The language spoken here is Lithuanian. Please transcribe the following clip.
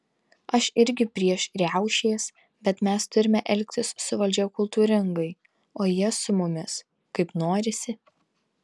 aš irgi prieš riaušės bet mes turime elgtis su valdžia kultūringai o jie su mumis kaip norisi